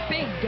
Big